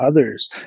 others